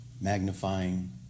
Magnifying